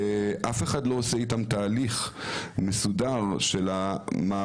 אף אחד לא עושה איתם תהליך מסודר של המעבר,